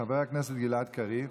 חבר הכנסת גלעד קריב.